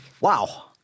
Wow